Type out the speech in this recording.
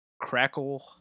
Crackle